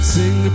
Sing